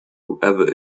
whoever